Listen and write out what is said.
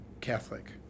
Catholic